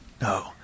No